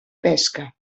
pesca